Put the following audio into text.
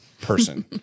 person